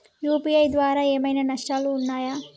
UPI ద్వారా ఏమైనా నష్టాలు ఉన్నయా?